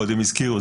קודם הזכירו.